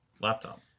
laptop